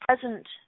present